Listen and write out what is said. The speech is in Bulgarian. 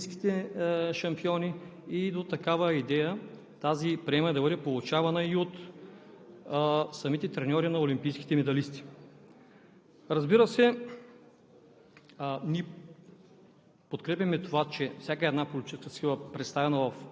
това паричната месечна премия да се получава само от децата на олимпийските шампиони, до такава идея тази премия да бъде получавана и от самите треньори на олимпийските медалисти. Ние